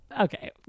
okay